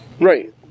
Right